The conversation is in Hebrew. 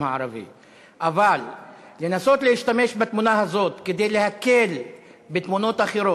אבל לנסות להשתמש בתמונה הזאת כדי להקל בתמונות אחרות,